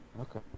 Okay